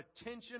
attention